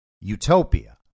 utopia